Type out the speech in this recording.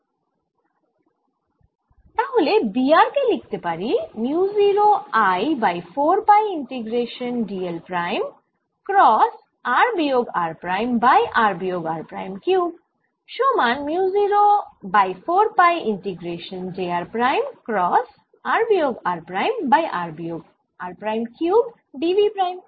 তাহলে B r কে লিখতে পারি mu 0 I by 4 pi integration d l prime cross r বিয়োগ r প্রাইম বাই r বিয়োগ r প্রাইম কিউব সমান mu 0 by 4 pi integration j r prime cross r বিয়োগ r prime by r বিয়োগ r prime cube d v prime